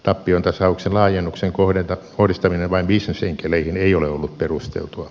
tappiontasauksen laajennuksen kohdistaminen vain bisnesenkeleihin ei ole ollut perusteltua